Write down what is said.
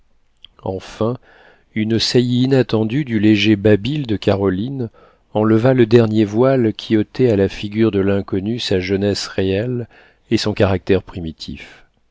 enfin une saillie inattendue du léger babil de caroline enleva le dernier voile qui ôtait à la figure de l'inconnu sa jeunesse réelle et son caractère primitif